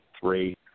three